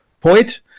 point